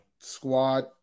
Squad